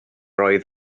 oedd